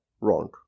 wrong